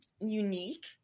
unique